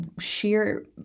sheer